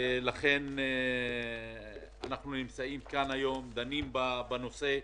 לכן אנחנו נמצאים כאן היום ודנים בנושא.